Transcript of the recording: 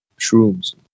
shrooms